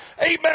Amen